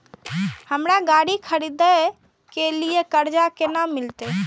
हमरा गाड़ी खरदे के लिए कर्जा केना मिलते?